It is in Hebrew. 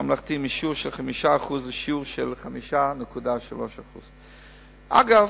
ממלכתי משיעור של 5% לשיעור של 5.3%. אגב,